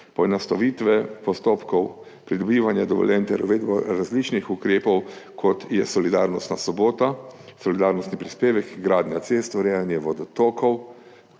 poenostavitve postopkov pridobivanja dovoljenj ter uvedbo različnih ukrepov, kot je solidarnostna sobota, solidarnostni prispevek, gradnja cest, urejanje vodotokov,